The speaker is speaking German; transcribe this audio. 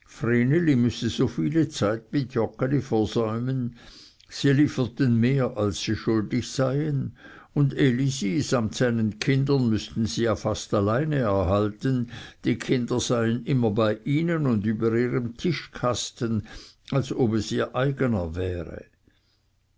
so viele zeit mit joggeli versäumen sie lieferten mehr als sie schuldig seien und elisi samt seinen kindern müßten sie ja fast alleine erhalten die kinder seien immer bei ihnen und über ihrem tischkasten als ob es ihr eigener wäre